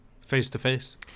face-to-face